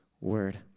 word